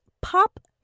pop